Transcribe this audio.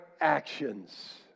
actions